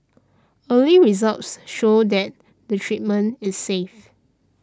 early results show that the treatment is safe